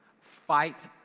fight